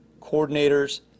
coordinators